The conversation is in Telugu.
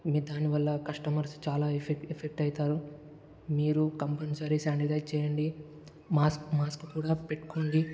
మీరు దాని వల్ల కస్టమర్స్ చాలా ఎఫెక్ట్ ఎఫెక్ట్ అవుతారు మీరు కంపల్సరి శానిటైజ్ చెయ్యండి మాస్క్ మాస్క్ కూడా పెట్టుకోండి